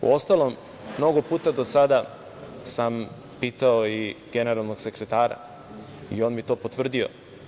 Uostalom, mnogo puta do sada sam pitao i generalnog sekretara i on mi je to potvrdio.